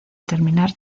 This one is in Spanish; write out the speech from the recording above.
terminar